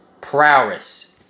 prowess